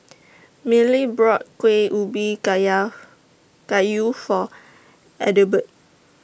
Millie brought Kuih Ubi Kaya Kayu For Adelbert